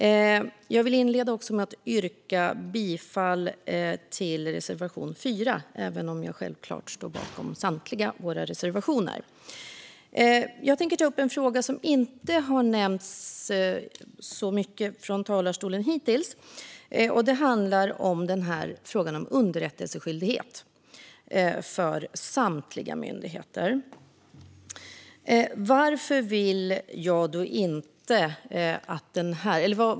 Även om jag självklart står bakom samtliga våra reservationer yrkar jag bifall enbart till reservation 4. Jag tänker ta upp en fråga som hittills inte har nämnts så mycket från talarstolen, nämligen den om underrättelseskyldighet för samtliga myndigheter.